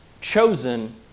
chosen